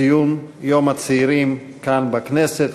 ציון יום הצעירים כאן, בכנסת.